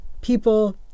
people